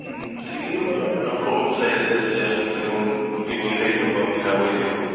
অঁ ঠিকেই বাৰু আপোনাৰো কৰ্মচাৰী আছে যেতিয়া দিবই লাগিব বাৰু মিলাবই লাগিব